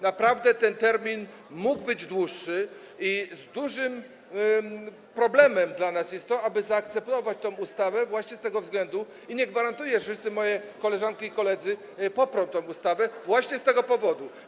Naprawdę ten termin mógł być dłuższy i dużym problemem dla nas jest to, aby zaakceptować tę ustawę właśnie z tego względu, i nie gwarantuję, że wszystkie moje koleżanki i wszyscy koledzy poprą tą ustawę, właśnie z tego powodu.